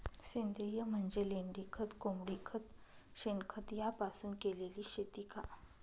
सेंद्रिय म्हणजे लेंडीखत, कोंबडीखत, शेणखत यापासून केलेली शेती का?